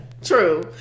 true